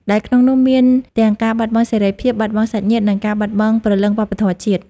ដែលក្នុងនោះមានទាំងការបាត់បង់សេរីភាព បាត់បង់សាច់ញាតិ និងការបាត់បង់ព្រលឹងវប្បធម៌ជាតិ។